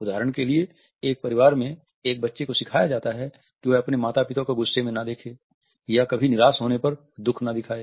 उदाहरण के लिए एक परिवार में एक बच्चे को सिखाया जा सकता है कि वह अपने पिता को गुस्से में न देखें या कभी निराश होने पर दुःख न दिखाए